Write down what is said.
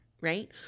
right